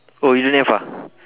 oh you don't have ah